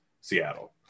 Seattle